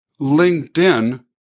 LinkedIn